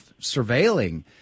surveilling